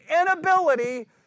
inability